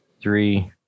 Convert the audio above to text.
three